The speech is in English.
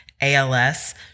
ALS